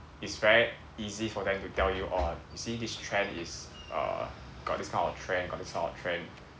it's very easy for them to tell you orh you see this trend is uh got this kind of trend got this kind of trend